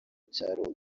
cyaro